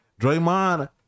draymond